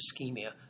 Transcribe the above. ischemia